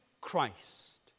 Christ